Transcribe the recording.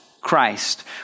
Christ